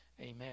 Amen